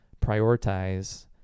prioritize